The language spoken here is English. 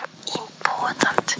important